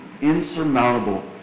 insurmountable